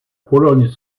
pologne